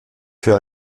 für